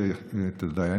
תוך שנה.